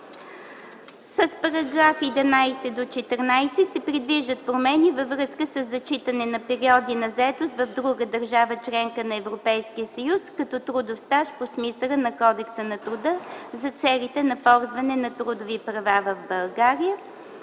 С параграфи от 11 до 14 се предвиждат промени във връзка със зачитане на периоди на заетост в друга държава - членка на Европейския съюз като трудов стаж по смисъла на Кодекса на труда за целите на ползване на трудови права в България.